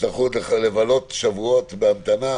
יצטרכו עוד לבלות שבועות בהמתנה.